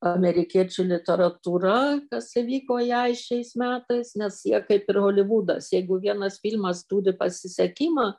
amerikiečių literatūra kas įvyko jai šiais metais nes jie kaip ir holivudas jeigu vienas filmas turi pasisekimą